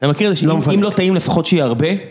אתה מכיר את זה שאם לא טעים לפחות שיהיה הרבה?